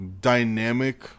dynamic